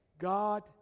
God